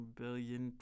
billion